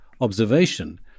observation